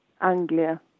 Anglia